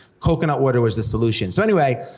coconut water was the solution, so anyway,